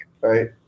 Right